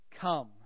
Come